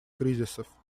кризисов